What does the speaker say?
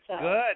Good